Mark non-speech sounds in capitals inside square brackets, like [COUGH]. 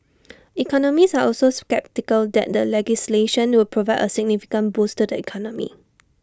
[NOISE] economists are also sceptical that the legislation would provide A significant boost to the economy